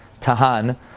Tahan